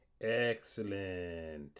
Excellent